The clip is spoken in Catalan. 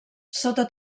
sota